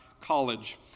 college